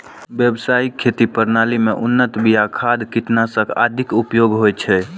व्यावसायिक खेती प्रणाली मे उन्नत बिया, खाद, कीटनाशक आदिक उपयोग होइ छै